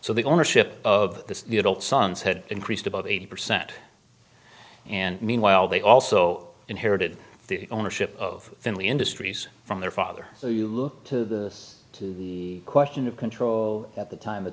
so the ownership of the adult sons had increased about eighty percent and meanwhile they also inherited the ownership of family industries from their father so you look to the to the question of control at the time the